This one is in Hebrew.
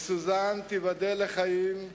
וסוזן, תיבדל לחיים,